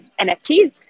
NFTs